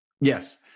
yes